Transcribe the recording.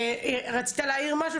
רצית להעיר משהו?